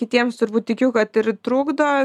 kitiems turbūt tikiu kad ir trukdo